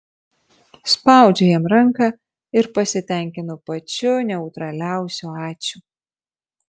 spaudžiu jam ranką ir pasitenkinu pačiu neutraliausiu ačiū